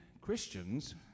Christians